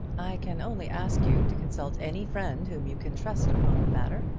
i can only ask you to consult any friend whom you can trust upon the matter.